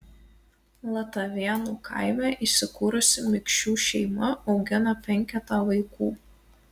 latavėnų kaime įsikūrusi mikšių šeima augina penketą vaikų